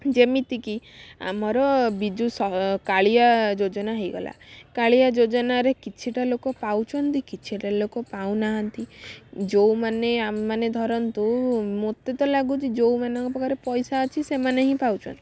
ଯେମିତି କି ଆମର ବିଜୁ ସ କାଳିଆ ଯୋଜନା ହେଇଗଲା କାଳିଆ ଯୋଜନାରେ କିଛିଟା ଲୋକପାଉଛନ୍ତି କିଛିଟା ଲୋକ ପାଉନାହାଁନ୍ତି ଯେଉଁମାନେ ଆମେମାନେ ଧରନ୍ତୁ ମୋତେ ତ ଲାଗୁଛି ଯେଉଁମାନଙ୍କ ପାଖରେ ପଇସା ଅଛି ସେମାନେ ହିଁ ପାଉଛନ୍ତି